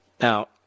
Now